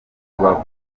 rubavu